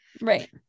right